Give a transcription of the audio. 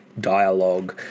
dialogue